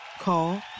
Call